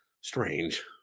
strange